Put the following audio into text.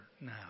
now